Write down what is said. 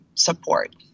support